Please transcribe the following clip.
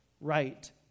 right